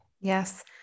Yes